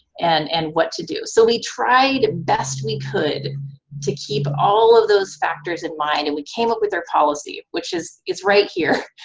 and and what to do. so, we tried best we could to keep all of those factors in mind, and we came up with our policy, which is, it's right here.